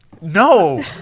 No